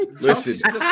Listen